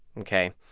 ok?